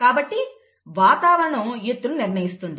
కాబట్టి వాతావరణం ఎత్తును నిర్ణయిస్తుంది